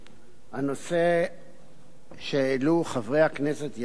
הנושא שהעלו חברי הכנסת יעקב כץ,